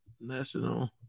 national